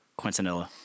Quintanilla